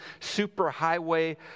superhighway